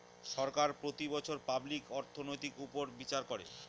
সরকার প্রতি বছর পাবলিক অর্থনৈতির উপর বিচার করে